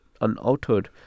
unaltered